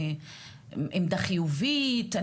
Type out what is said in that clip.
מעמדה חיובית,